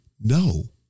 No